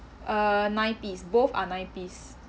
uh nine piece both are nine piece